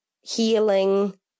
healing